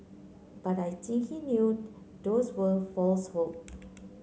but I think he knew those were false hope